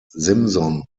simson